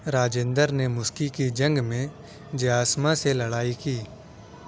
راجندر نے مسکی کی جنگ میں جیاسمہ سے لڑائی کی